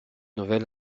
nouvelle